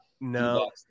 No